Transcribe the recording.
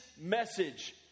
message